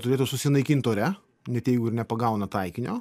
turėtų susinaikint ore net jeigu ir nepagauna taikinio